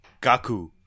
Gaku